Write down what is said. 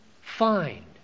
find